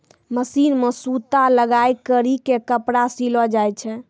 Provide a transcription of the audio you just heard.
machine मे सूता लगाय करी के कपड़ा सिलो जाय छै